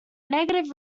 negative